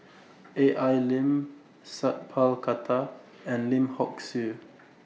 A L Lim Sat Pal Khattar and Lim Hock Siew